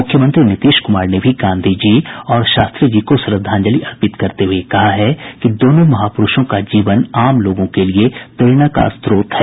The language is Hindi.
मुख्यमंत्री नीतीश कुमार ने भी गांधीजी और शास्त्रीजी को श्रद्धांजलि अर्पित करते हुए कहा है कि दोनों महापुरूषों का जीवन आम लोगों के लिए प्रेरणा का स्रोत है